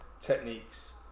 techniques